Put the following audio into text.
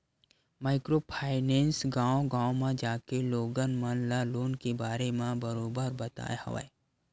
micro finance गाँव गाँव म जाके लोगन मन ल लोन के बारे म बरोबर बताय हवय